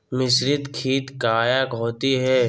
मिसरीत खित काया होती है?